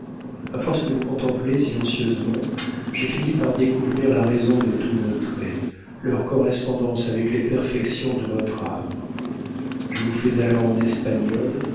a force de vous contempler silencieusement j'ai fini par découvrir la raison de tous vos traits leur correspondance avec les perfections de votre âme je vous fais alors en espagnol